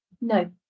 No